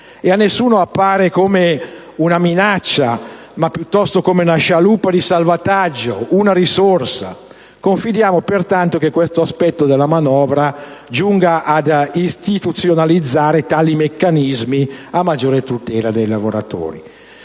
e a nessuno appare come una minaccia ma piuttosto come una scialuppa di salvataggio, una risorsa. Confidiamo pertanto che questo aspetto della manovra giunga ad istituzionalizzare tali meccanismi, a maggiore tutela dei lavoratori.